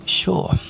sure